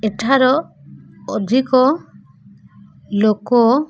ଏଠାର ଅଧିକ ଲୋକ